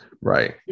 right